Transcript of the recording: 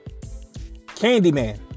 Candyman